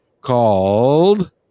called